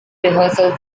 rehearsal